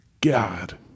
God